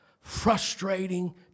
frustrating